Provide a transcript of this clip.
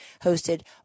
hosted